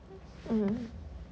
mm